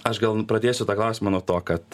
aš gal pradėsiu tą klausimą nuo to kad